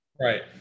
Right